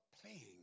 playing